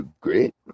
great